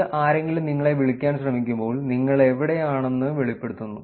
ഇത് ആരെങ്കിലും നിങ്ങളെ വിളിക്കാൻ ശ്രമിക്കുമ്പോൾ നിങ്ങൾ എവിടെയാണെന്ന് വെളിപ്പെടുത്തുന്നു